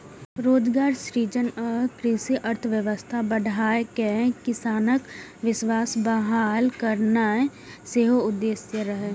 रोजगार सृजन आ कृषि अर्थव्यवस्था बढ़ाके किसानक विश्वास बहाल करनाय सेहो उद्देश्य रहै